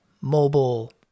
mobile